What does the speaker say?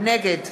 נגד